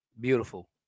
Beautiful